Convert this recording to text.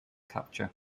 capture